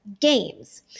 games